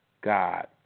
God